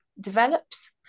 develops